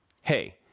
hey